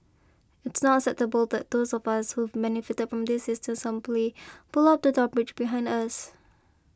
it's not acceptable that those of us who've benefited from this system simply pull up the drawbridge behind us